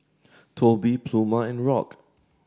Tobie Pluma and Rock